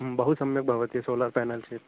बहु सम्यक् भवति सोलार् प्यानल् चेत्